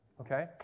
Okay